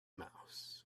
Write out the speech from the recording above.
mouse